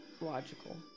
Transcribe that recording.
logical